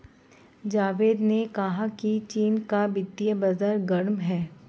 जावेद ने कहा कि चीन का वित्तीय बाजार गर्म है